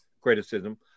criticism